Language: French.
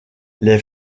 les